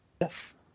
yes